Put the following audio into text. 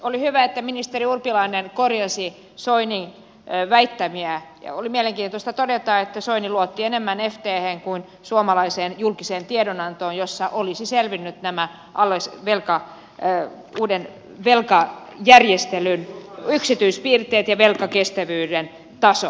oli hyvä että ministeri urpilainen korjasi soinin väittämiä ja oli mielenkiintoista todeta että soini luotti enemmän fthen kuin suomalaiseen julkiseen tiedonantoon josta olisivat selvinneet nämä uuden velkajärjestelyn yksityispiirteet ja velkakestävyyden taso